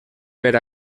per